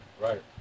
Right